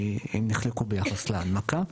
הם נחלקו ביחס להנמקה.